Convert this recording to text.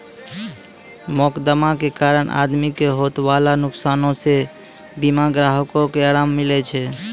मोकदमा के कारण आदमी के होयबाला नुकसानो से बीमा ग्राहको के अराम मिलै छै